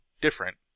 different